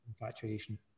infatuation